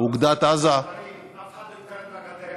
אוגדת עזה, אף אחד לא התקרב לגדר.